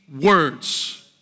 words